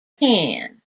pan